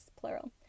plural